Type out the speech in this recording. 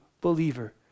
believer